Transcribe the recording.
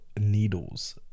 needles